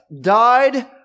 died